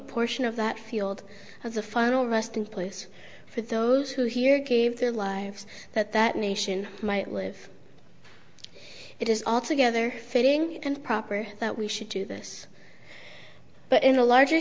portion of that field as a final resting place for those who here gave their lives that that nation might live it is altogether fitting and proper that we should do this but in a larger